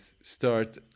start